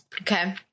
okay